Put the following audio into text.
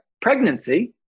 Pregnancy